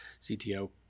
cto